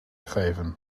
geven